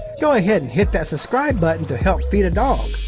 go ahead and hit that subscribe button to help feed a dog,